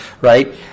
right